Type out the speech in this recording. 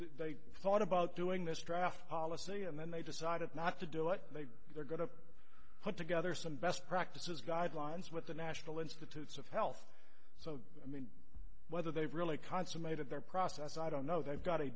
they thought about doing this draft policy and then they decided not to do it they are going to put together some best practices guidelines with the national institutes of health so i mean whether they've really consummated their process i don't know they've got a